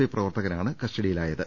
I പ്രവർത്തകനാണ് കസ്റ്റ ഡിയിലായത്